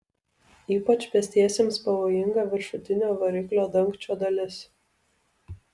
ypač pėstiesiems pavojinga viršutinio variklio dangčio dalis